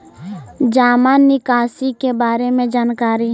जामा निकासी के बारे में जानकारी?